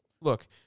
look